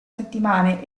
settimane